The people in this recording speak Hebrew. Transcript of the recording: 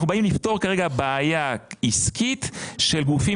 אנחנו באים לפתור כרגע בעיה עסקית של גופים